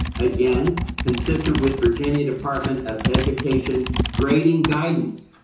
again, consistent with virginia department of education grading guidance,